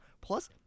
Plus